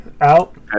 out